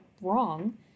wrong